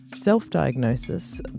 self-diagnosis